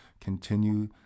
continue